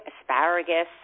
asparagus